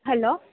hello